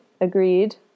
agreed